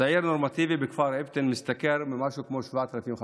צעיר נורמטיבי בכפר אבטין משתכר משהו כמו 7,500 שקל.